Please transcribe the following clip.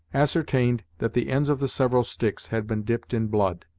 ascertained that the ends of the several sticks had been dipped in blood.